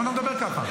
למה אתה מדבר ככה?